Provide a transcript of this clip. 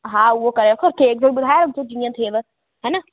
हा उहो करे रखो केक जो बि ॿुधायो जीअं थिए हा न